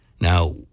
Now